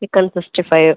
chicken sixty five